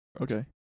Okay